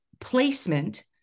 placement